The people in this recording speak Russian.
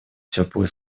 теплые